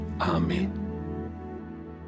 amen